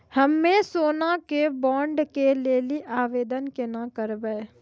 हम्मे सोना के बॉन्ड के लेली आवेदन केना करबै?